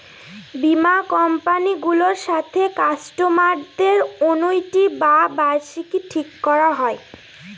বীমা কোম্পানি গুলোর সাথে কাস্টমারদের অনুইটি বা বার্ষিকী ঠিক করা হয়